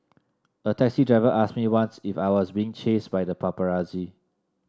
a taxi driver asked me once if I was being chased by the paparazzi